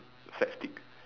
flag stick